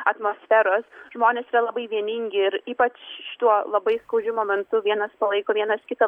atmosferos žmonės yra labai vieningi ir ypač šituo labai skaudžiu momentu vienas palaiko vienas kitą